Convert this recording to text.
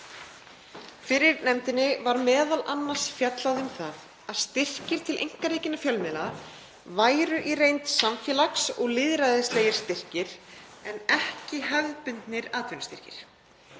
Fyrir nefndinni var m.a. fjallað um það að styrkir til einkarekinna fjölmiðla væru í reynd samfélags- og lýðræðislegir styrkir en ekki hefðbundnir atvinnustyrkir.